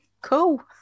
cool